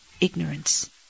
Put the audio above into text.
ignorance